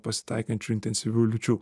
pasitaikančių intensyvių liūčių